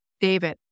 David